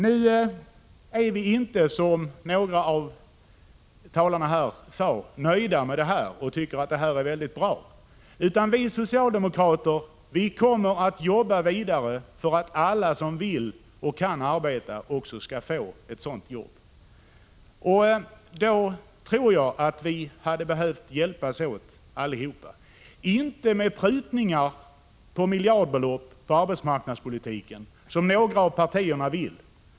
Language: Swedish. Vi är inte — som några av talarna sade — nöjda med detta och tycker att det är bra, utan vi socialdemokrater kommer att jobba vidare för att alla som vill och kan arbeta också skall få ett jobb. Då tror jag att vi hade behövt hjälpas åt allihop — men inte med prutningar på miljardbelopp inom arbetsmarknadspolitiken, som några av partierna vill.